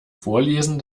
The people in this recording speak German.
vorlesen